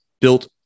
built